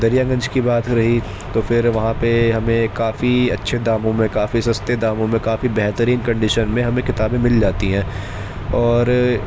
دریا گنج کی بات رہی تو پھر وہاں پہ ہمیں کافی اچھے داموں میں کافی سستے داموں میں کافی بہترین کنڈیشن میں ہمیں کتابیں مل جاتی ہیں اور